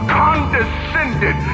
condescended